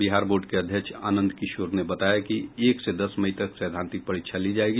Bihar board के अध्यक्ष आनंद किशोर ने बताया कि एक से दस मई तक सैद्वांतिक परीक्षा ली जायेगी